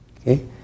Okay